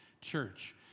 church